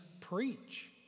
preach